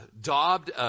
daubed